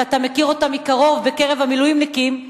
שאתה מכיר אותה מקרוב בקרב המילואימניקים,